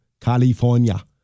California